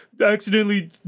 Accidentally